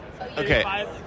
Okay